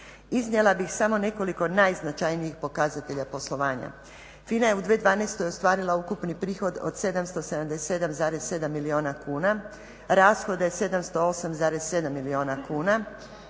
Iznijela bih samo nekoliko najznačajnijih pokazatelja poslovanja. FINA je u 2012.ostvarila ukupni prihod od 777,7 milijuna kuna, rashode 708,7 milijuna kuna.